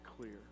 clear